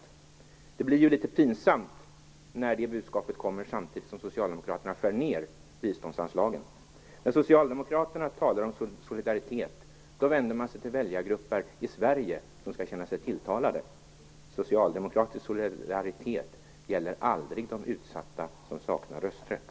Men det blir litet pinsamt när det budskapet kommer samtidigt som Socialdemokraterna skär ned biståndsanslagen. När Socialdemokraterna talar om solidaritet vänder de sig till väljargrupper i Sverige som skall känna sig tilltalade. Socialdemokratisk solidaritet gäller aldrig de utsatta som saknar rösträtt.